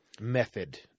method